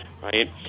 right